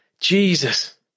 Jesus